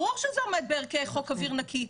ברור שזה עומד בערכי חוק אוויר נקי.